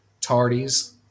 Tardies